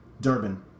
Durban